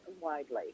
widely